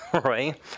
right